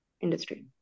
industry